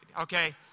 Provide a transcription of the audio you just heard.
okay